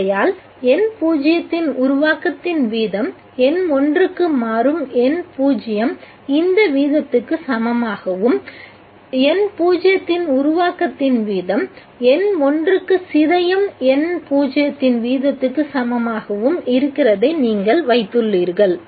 ஆகையால் N0 இன் உருவாக்கத்தின் வீதம் N1 க்கு மாறும் N0 இந்த வீதத்துக்கு சமமாகவும் N0 இன் உருவாக்கத்தின் வீதம் N1 க்கு சிதையும் N0 இன் வீதத்துக்கு சமமாகவும் இருக்கிறதை நீங்கள் வைத்துள்ளீர்கள்